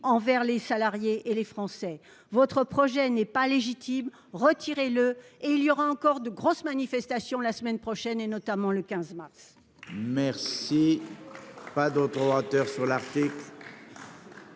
envers les salariés et les Français. Votre projet n'est pas légitime ; retirez-le ! Il y aura encore de grosses manifestations la semaine prochaine, et notamment le 15 mars.